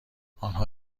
آنها